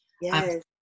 yes